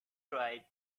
tried